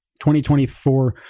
2024